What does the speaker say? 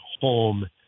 home